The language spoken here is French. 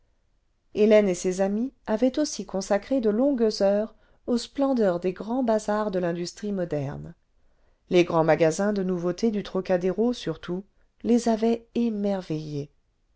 hélène et ses amies avaient aussi consacré de longues heures aux splendeurs des grands bazars de l'industrie moderne les grands magasins de nouveautés du trocadéro surtout les avaient émerveillées